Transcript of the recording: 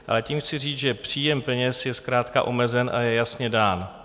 Ale tím chci říct, že příjem peněz je zkrátka omezen a je jasně dán.